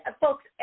folks